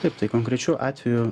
kaip tai konkrečiu atveju